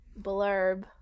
blurb